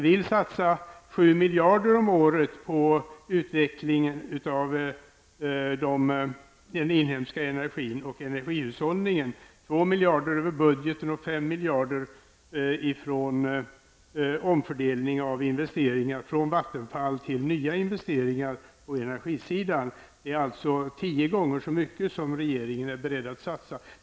Vi vill satsa 7 miljarder om året på utveckling av den inhemska energin och på energihushållning, 2 miljarder över budgeten och 5 miljarder genom omfördelning av investeringar från Vattenfall till nyinvesteringar på energisidan. Detta är alltså tio gånger så mycket som regeringen är beredd att satsa.